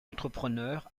entrepreneur